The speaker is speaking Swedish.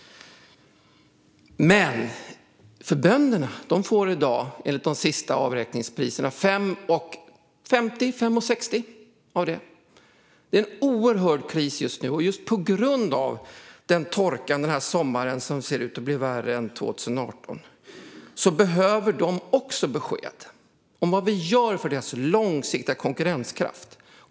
Men bönderna får i dag med de senaste avräkningspriserna 5,50-5,60. Det är en oerhörd kris just nu på grund av torkan. Sommaren ser ut att bli värre än 2018. Då behöver bönderna besked om vad vi gör för deras långsiktiga konkurrenskraft.